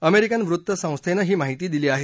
American वृत्तसंस्थांनी ही माहिती दिली आहे